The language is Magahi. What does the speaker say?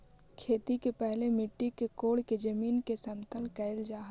खेती के पहिले मिट्टी के कोड़के जमीन के समतल कैल जा हइ